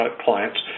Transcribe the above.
clients